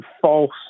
false